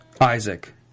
Isaac